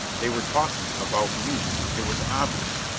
they were talking about me! it was obvious.